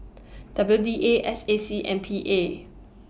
W D A S A C and P A